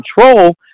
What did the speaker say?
control